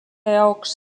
jaoks